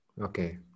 Okay